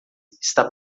está